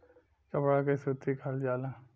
कपड़ा के सूती कहल जाला